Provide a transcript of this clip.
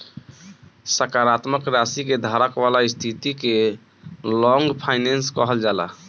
सकारात्मक राशि के धारक वाला स्थिति के लॉन्ग फाइनेंस कहल जाला